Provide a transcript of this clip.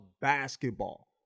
basketball